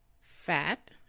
Fat